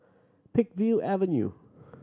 Peakville Avenue